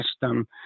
system